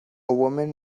woman